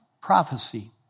prophecy